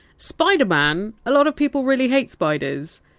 spider-man. a lot of people really hate spiders.